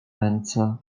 ręce